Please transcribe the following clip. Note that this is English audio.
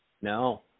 No